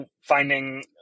finding